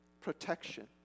protection